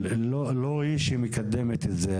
לא היא שמקדמת את זה?